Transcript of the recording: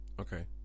okay